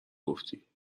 گفتی